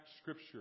scripture